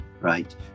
right